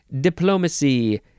diplomacy